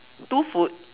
two food